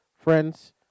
Friends